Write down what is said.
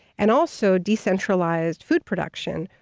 and also decentralized food production,